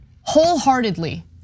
wholeheartedly